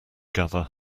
gather